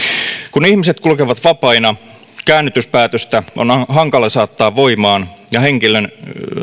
kun ihmiset kulkevat vapaina käännytyspäätöstä on hankala saattaa voimaan ja henkilön